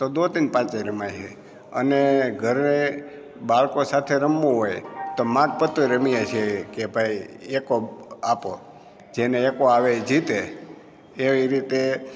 તો દો તીન પાંચ રમાય છે અને ઘરે બાળકો સાથે રમવું હોય તો માંગ પત્તુ રમીએ છીએ કે ભાઈ એક્કો આપો જેને એક્કો આવે એ જીતે એવી રીતે